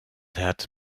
had